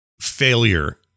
failure